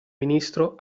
ministro